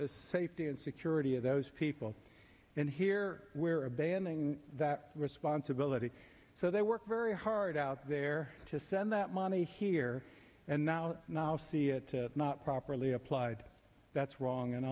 the safety and security of those people in here where a banding that responsibility so they work very hard out there to send that money here and now now see it to not properly applied that's wrong and